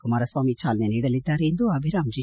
ಕುಮಾರಸ್ವಾಮಿ ಜಾಲನೆ ನೀಡಲಿದ್ದಾರೆ ಎಂದು ಅಭಿರಾಮ್ ಜಿ